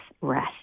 rest